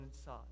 inside